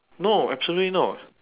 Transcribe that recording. no actually no